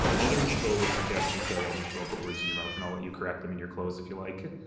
alderman chabot was suggesting, sorry, alderman chabot, i'll put words in your mouth and let you correct them in your close, if you like.